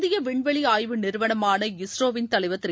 இந்திய விண்வெளி ஆய்வு நிறுவனமான இஸ்ரோவிள் தலைவர் திரு